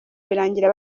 birangira